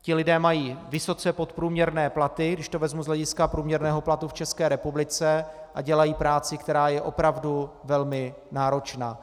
Ti lidé mají vysoce podprůměrné platy, když to vezmu z hlediska průměrného platu v České republice, a dělají práci, která je opravdu velmi náročná.